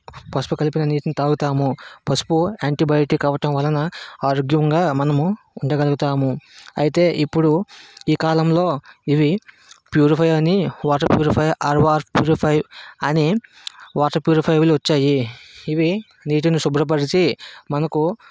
పసుపు కలిపిన నీటిని తాగుతాము పసుపు యాంటీబయోటిక్ అవడం వలన ఆరోగ్యముగా మనము ఉండగలుగుతాము అయితే ఇప్పుడు ఈ కాలములో ఇవి ప్యూరిఫైయర్ అని వాటర్ ప్యూరిఫైయర్ ఆర్వార్ ప్యూరిఫైయర్ అని వాటర్ ప్యూరిఫైయర్లు వచ్చాయి ఇవి నీటిని శుభ్రపరిచి మనకు